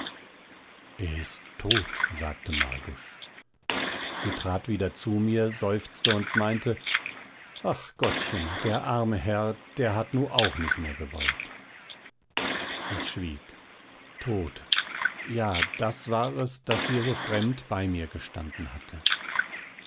er ist tot sagte margusch sie trat wieder zu mir seufzte und meinte ach gottchen der arme herr der hat nu auch nich mehr gewollt ich schwieg tot ja das war es das hier so fremd bei mir gestanden hatte